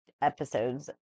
episodes